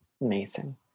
Amazing